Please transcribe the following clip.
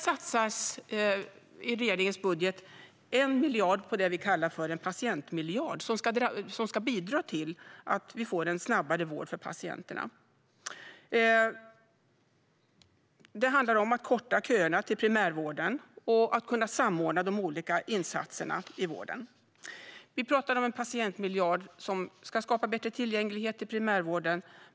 I regeringens budget satsas 1 miljard på det vi kallar för en patientmiljard som ska bidra till att vi får en snabbare vård för patienterna. Det handlar om att korta köerna till primärvården och att kunna samordna de olika insatserna i vården. Vi talar om en patientmiljard som ska skapa bättre tillgänglighet i primärvården.